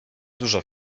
dużo